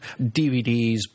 DVDs